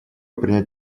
принять